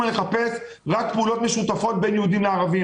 רק לחפש פעולות משותפות בין יהודים לערבים.